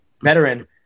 veteran